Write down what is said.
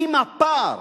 אם הפער